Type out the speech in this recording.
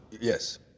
yes